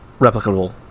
replicable